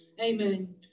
Amen